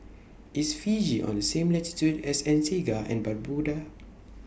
IS Fiji on The same latitude as Antigua and Barbuda